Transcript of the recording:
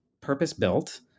purpose-built